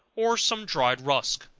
or some dried rusk.